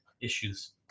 issues